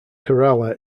kerala